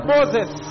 Moses